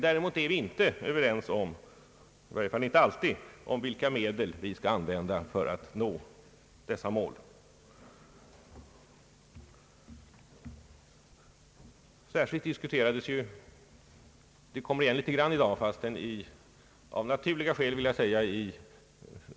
Däremot är vi inte alltid överens om vilka medel vi skall använda för att nå detta mål. Särskilt diskuterades ju kravet på en ökad självfinansieringsförmåga i näringslivet.